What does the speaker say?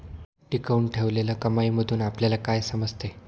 टिकवून ठेवलेल्या कमाईमधून आपल्याला काय समजते?